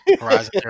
Horizon